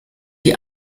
die